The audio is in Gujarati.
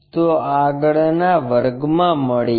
તો આગળનાં વર્ગમાં મળીએ